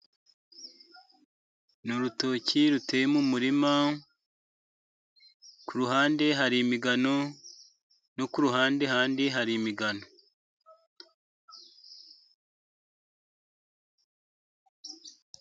Ni urutoki ruteye mu murima, ku ruhande hari imigano no ku ruhande handi hari imigano.